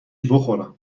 بخورم